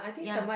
ya